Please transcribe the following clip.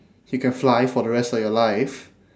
you can fly for the rest of your life